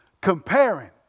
comparing